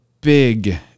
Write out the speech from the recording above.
big